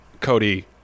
cody